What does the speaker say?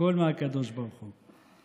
הכול מהקדוש ברוך הוא.